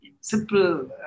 simple